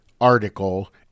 article